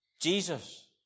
Jesus